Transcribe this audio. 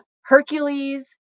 Hercules